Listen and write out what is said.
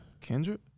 Kendrick